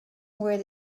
where